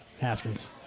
Haskins